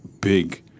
big